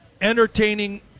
entertaining